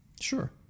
Sure